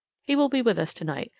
he will be with us tonight,